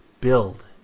build